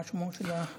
מה שמו של השר?